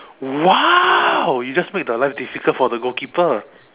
!wow! you just make the life difficult for the goalkeeper